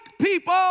people